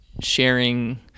sharing